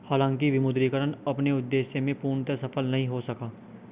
हालांकि विमुद्रीकरण अपने उद्देश्य में पूर्णतः सफल नहीं हो सका